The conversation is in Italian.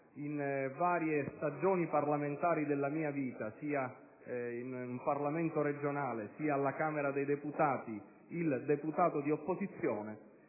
in varie stagioni parlamentari della mia vita, sia nell'Assemblea regionale sia alla Camera dei deputati, il deputato di opposizione,